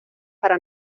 para